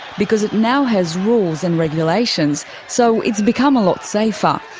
because it now has rules and regulations, so it's become a lot safer.